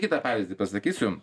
kitą pavyzdį pasakysiu